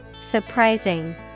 Surprising